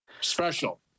special